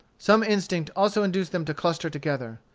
some instinct also induced them to cluster together.